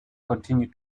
continue